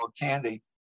Candy